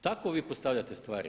Tako vi postavljate stvari.